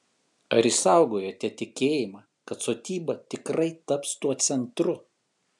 ar išsaugojote tikėjimą kad sodyba tikrai taps tuo centru